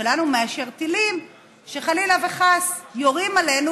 שלנו מאשר טילים שחלילה וחס יורים עלינו,